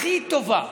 הכי טובה.